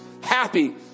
Happy